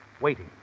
waiting